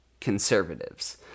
conservatives